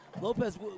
Lopez